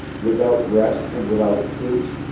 without rest and without truce,